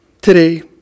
today